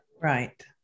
Right